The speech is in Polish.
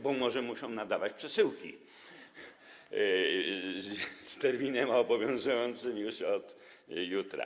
Bo może muszą nadawać przesyłki z terminem obowiązującym już od jutra.